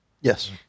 yes